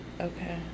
okay